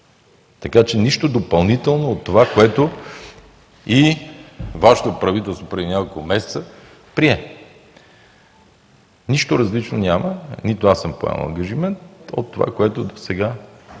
Така че нищо допълнително от това, което и Вашето правителство преди няколко месеца прие. Нищо различно няма, нито аз съм поемал ангажимент от това, което досега